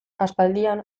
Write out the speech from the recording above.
aspaldian